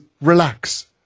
relax